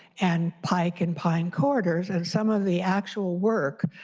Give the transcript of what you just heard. and pike and pine core doors, and some of the actual work.